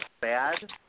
bad